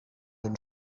hun